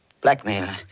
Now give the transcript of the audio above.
Blackmail